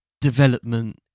development